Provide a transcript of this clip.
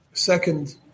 second